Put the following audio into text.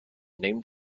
named